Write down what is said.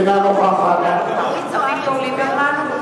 אינה נוכחת אביגדור ליברמן,